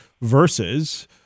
versus